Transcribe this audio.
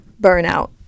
burnout